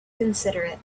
considerate